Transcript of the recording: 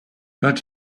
but